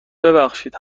ببخشید